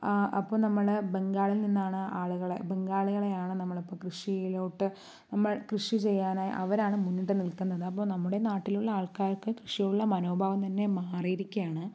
അപ്പോൾ നമ്മൾ ബംഗാളിൽ നിന്നാണ് ആളുകളെ ബംഗാളികളെ ആണ് നമ്മളിപ്പോൾ കൃഷിയിലോട്ട് നമ്മൾ കൃഷി ചെയ്യാനായി അവരാണ് മുന്നിൽതന്നെ നിൽക്കുന്നത് അപ്പോൾ നമ്മുടെ നാട്ടിലുള്ള ആൾക്കാർക്ക് കൃഷിയോടുള്ള മനോഭാവം തന്നെ മാറിയിരിക്കയാണ്